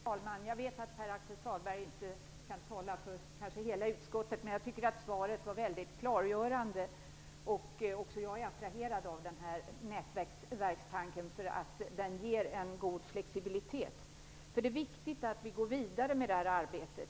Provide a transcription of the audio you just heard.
Fru talman! Jag vet att Pär-Axel Sahlberg inte kan tala för hela utskottet, men jag tycker att svaret var klargörande. Också jag är attraherad av nätverkstanken. Den ger en god flexibilitet. Det är viktigt att vi går vidare med detta arbete.